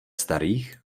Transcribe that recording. starých